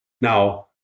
Now